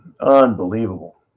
Unbelievable